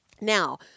Now